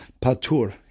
Patur